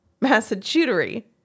massachusetts